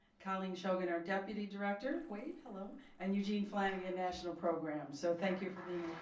colleen shogan our deputy director. wave hello. and eugene flanagan, national program. so, thank you for being